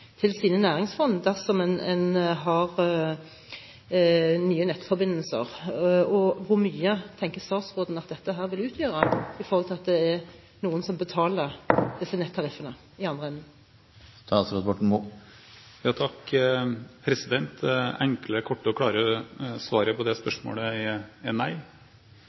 til sine næringsfond dersom en har nye nettforbindelser. Og hvor mye tenker statsråden at dette vil utgjøre i forhold til at det er noen som betaler disse nettariffene i andre enden? Det enkle, korte og klare svaret på det spørsmålet er nei.